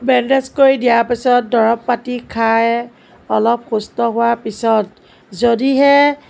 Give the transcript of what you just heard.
bandage কৰি দিয়াৰ পাছত দৰৱ পাতি খাই অলপ সুস্থ হোৱাৰ পিছত যদিহে